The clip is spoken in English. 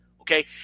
Okay